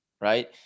right